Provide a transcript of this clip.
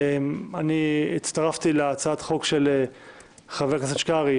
אני הצטרפתי להצעת החוק של חבר הכנסת קרעי,